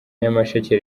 nyamasheke